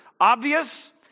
obvious